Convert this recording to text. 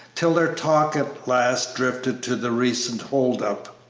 till their talk at last drifted to the recent hold-up.